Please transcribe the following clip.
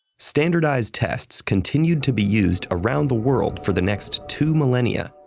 standardized tests continued to be used around the world for the next two millennia,